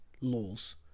laws